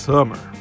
Summer